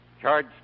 Charge